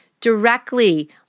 directly